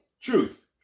Truth